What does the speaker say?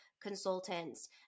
consultants